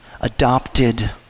adopted